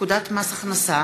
קצבת אזרח ותיק),